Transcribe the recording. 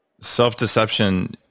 Self-deception